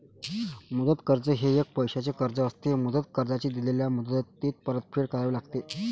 मुदत कर्ज हे एक पैशाचे कर्ज असते, मुदत कर्जाची दिलेल्या मुदतीत परतफेड करावी लागते